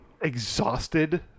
exhausted